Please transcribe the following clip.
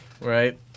Right